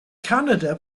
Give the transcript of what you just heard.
canada